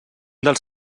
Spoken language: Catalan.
dels